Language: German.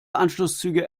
anschlusszüge